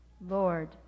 lord